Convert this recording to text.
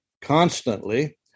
constantly